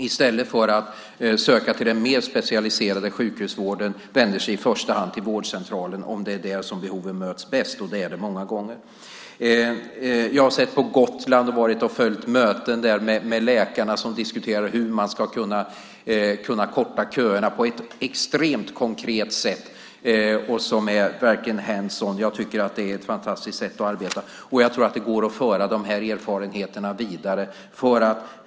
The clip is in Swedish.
I stället för att söka till den mer specialiserade sjukhusvården vänder de sig i första hand till vårdcentralen om det är där som behoven möts bäst, och det är det många gånger. Jag har följt möten med läkarna på Gotland som diskuterar hur man ska kunna korta köerna på ett extremt konkret sätt. Det är verkligen hands on . Jag tycker att det är ett fantastiskt sätt att arbeta. Jag tror att det går att föra de här erfarenheterna vidare.